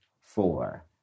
four